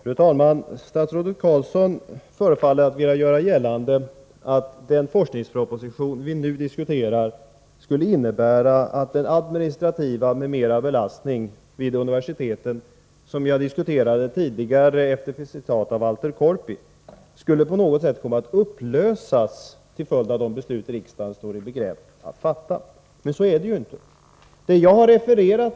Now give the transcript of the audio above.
Nr 166 Fru talman! Statsrådet Carlsson förefaller göra gällande att den admini Torsdägen den strativa m.m. belastning vid universiteten som jag tidigare diskuterade efter 7 juni FA ett citat av Walter Korpi på något sätt skulle komma att upplösas till följd av de beslut riksdagen står i begrepp att fatta med anledning av forskningspropositionen. Men så är det ju inte!